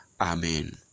Amen